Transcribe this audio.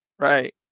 Right